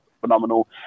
phenomenal